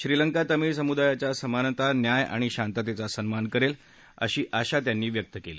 श्रीलंका तमिळ समुदायाच्या समानता न्याय आणि शांततेचा सन्मान करेल अशी आशा ही त्यांनी व्यक्त केली